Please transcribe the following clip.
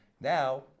Now